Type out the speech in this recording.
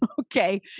okay